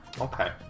okay